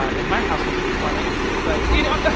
ah in my house, we speak four languages, like, you know?